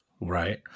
Right